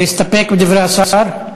להסתפק בדברי השר?